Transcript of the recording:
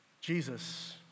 Jesus